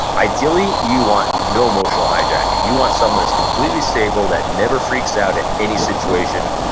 ideally you want no emotional hijacking. you want someone that's completely stable, that never freaks out at any situation.